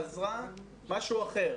חזרה משהו אחר.